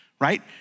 right